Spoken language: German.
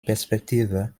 perspektive